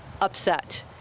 upset